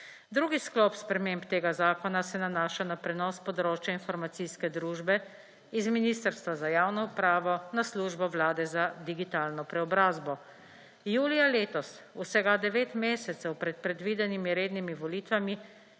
Drugi sklop sprememb tega zakona se nanaša na prenos področja informacijske družbe iz Ministrstva za javno upravo na Službo Vlade za digitalno preobrazbo. Julija letos, vsega devet mesecev pred predvidenimi rednimi volitvami,